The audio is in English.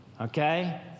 Okay